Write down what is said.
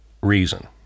reason